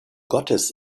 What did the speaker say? gottes